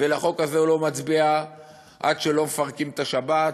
ועל החוק הזה הוא לא מצביע עד שלא מפרקים את השבת,